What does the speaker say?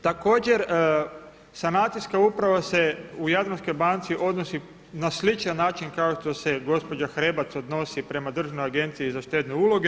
Također sanacijska uprava se u Jadranskoj banci odnosi na sličan način kao što se gospođa Hrebac odnosi prema Državnoj agenciji za štedne uloge.